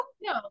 no